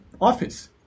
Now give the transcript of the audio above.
office